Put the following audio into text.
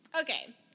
Okay